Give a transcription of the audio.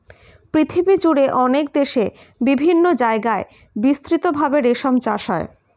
পৃথিবীজুড়ে অনেক দেশে বিভিন্ন জায়গায় বিস্তৃত ভাবে রেশম চাষ হয়